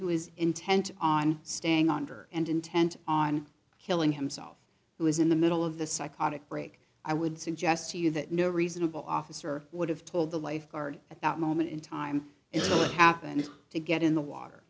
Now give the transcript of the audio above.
who is intent on staying under and intent on killing himself who is in the middle of the psychotic break i would suggest to you that no reasonable officer would have told the lifeguard at that moment in time it would happen to get in the water